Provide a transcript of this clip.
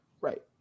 Right